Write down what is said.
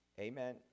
Amen